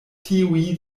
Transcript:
tiuj